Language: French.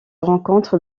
rencontre